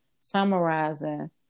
summarizing